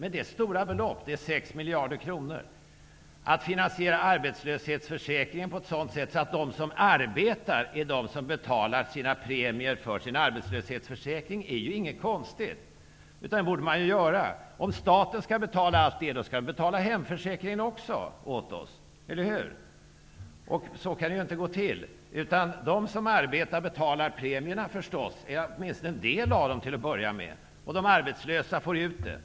Det handlar emellertid om stora belopp -- 6 Att finansiera arbetslöshetsförsäkringen genom att de som arbetar betalar sina premier för sin arbetslöshetsförsäkring är det ju inget konstigt med. Det borde i stället vara så. Om staten skall betala allting åt oss skulle staten betala hemförsäkringen också. Eller hur? Nej, så kan det inte gå till. De som arbetar betalar naturligtvis premierna, åtminstone en del av premierna -- till att börja med. De arbetslösa får ut pengarna.